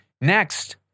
Next